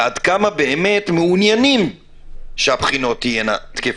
ועד כמה באמת מעוניינים שהבחינות תהיינה תקפות.